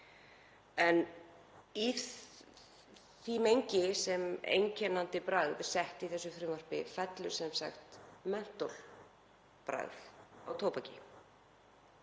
inn í það mengi sem einkennandi bragð er sett í þessu frumvarpi fellur sem sagt mentólbragð á tóbaki,